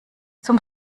zum